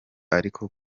ariko